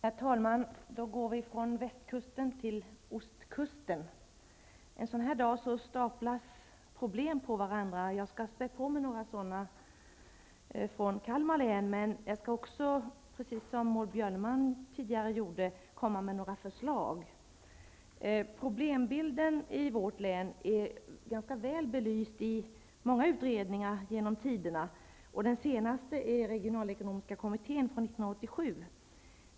Herr talman! Då går vi från västkusten till ostkusten. En sådan här dag staplas problem på varandra. Jag skall späda på med några sådana från Kalmar län. Men jag skall också, precis som Maud Björnemalm tidigare gjorde, komma med några förslag. Problembilden i vårt län är ganska väl belyst i många utredningar genom tiderna. Den senaste är regionalekonomiska kommitténs utredning 1987.